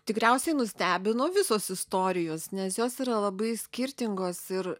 tikriausiai nustebino visos istorijos nes jos yra labai skirtingos ir